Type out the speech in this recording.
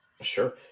Sure